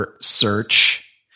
search